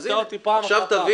אתה קוטע אותי פעם אחר פעם.